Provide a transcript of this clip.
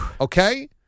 Okay